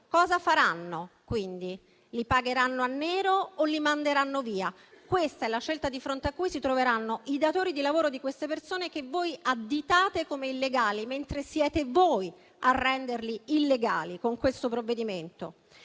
si farà, quindi? Si pagheranno in nero o si manderanno via? Questa è la scelta di fronte a cui si troveranno i datori di lavoro di queste persone che voi additate come illegali, mentre siete voi a renderli tali con questo provvedimento.